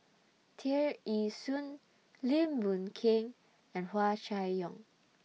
Tear Ee Soon Lim Boon Keng and Hua Chai Yong